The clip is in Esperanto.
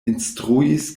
instruis